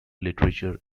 literature